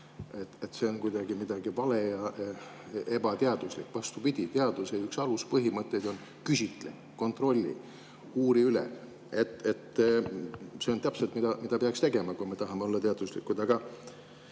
see on kuidagi vale ja ebateaduslik. Vastupidi, teaduse üks aluspõhimõtteid on: küsitle, kontrolli, uuri üle. See on täpselt, mida peaks tegema, kui me tahame olla teaduslikud. Mul